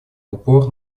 упор